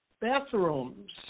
bathrooms